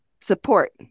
support